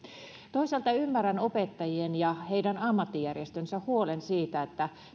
toisaalta ymmärrän opettajien ja heidän ammattijärjestönsä huolen siitä